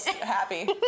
happy